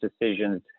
decisions